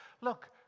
look